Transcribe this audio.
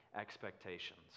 expectations